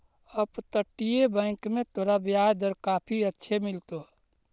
अपतटीय बैंक में तोरा ब्याज दर काफी अच्छे मिलतो